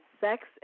sex